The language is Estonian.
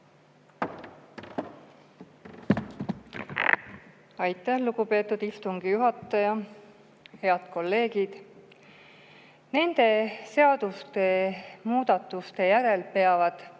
Aitäh, lugupeetud istungi juhataja! Head kolleegid! Nende seaduste muudatuste järel peavad